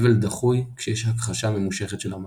אבל דחוי כשיש הכחשה ממושכת של המוות.